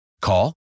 Call